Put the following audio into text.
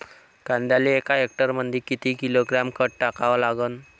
कांद्याले एका हेक्टरमंदी किती किलोग्रॅम खत टाकावं लागन?